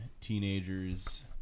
teenagers